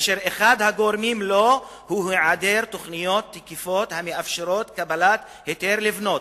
אשר אחד הגורמים לו הוא היעדר תוכניות תקפות המאפשרות קבלת היתר לבנות.